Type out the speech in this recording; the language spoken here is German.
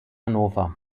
hannover